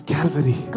Calvary